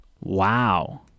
wow